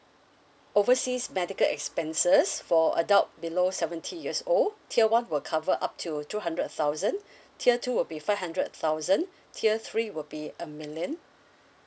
overseas medical expenses for adult below seventy years old tier one will cover up to two hundred thousand tier two will be five hundred thousand tier three will be a million